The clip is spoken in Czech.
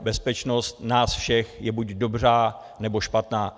Bezpečnost nás všech je buď dobrá, nebo špatná.